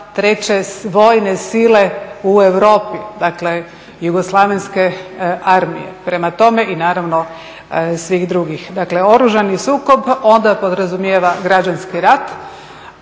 treće vojne sile u Europi. Dakle, jugoslavenske armije i naravno svih drugih. Dakle, oružani sukob onda podrazumijeva građanski rat